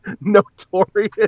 notorious